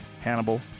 Hannibal